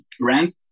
rent